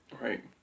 right